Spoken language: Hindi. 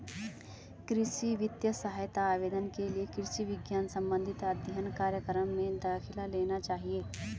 कृषि वित्तीय सहायता आवेदन के लिए कृषि विज्ञान संबंधित अध्ययन कार्यक्रम में दाखिला लेना चाहिए